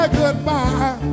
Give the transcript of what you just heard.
goodbye